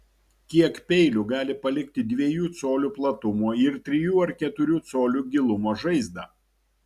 kiek peilių gali palikti dviejų colių platumo ir trijų ar keturių colių gilumo žaizdą